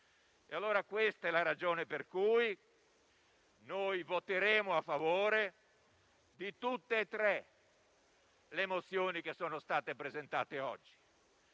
Vitali. Questa è la ragione per cui voteremo a favore di tutte e tre le mozioni che sono state presentate oggi.